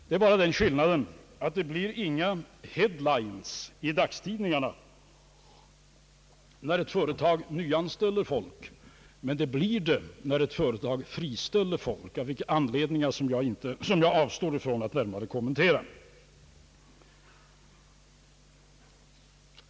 Det är bara den skillnaden, att det inte blir några »headlines» i dagstidningarna när företagen nyanställer folk, men det blir det när ett företag friställer folk. Anledningen härtill avstår jag från att närmare kommentera.